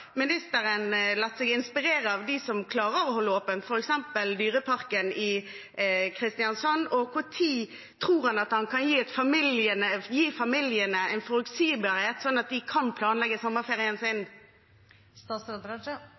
ministeren latt seg inspirere av dem som klarer å holde åpent, f.eks. Dyreparken i Kristiansand? Når tror han at han kan gi familiene en forutsigbarhet, slik at de kan planlegge